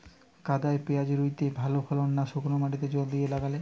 কাদায় পেঁয়াজ রুইলে ভালো ফলন না শুক্নো মাটিতে জল দিয়ে লাগালে?